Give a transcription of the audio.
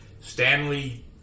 Stanley